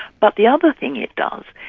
but the other thing it does,